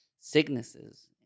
sicknesses